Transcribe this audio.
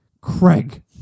Craig